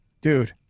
Dude